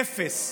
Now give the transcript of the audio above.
אפשר,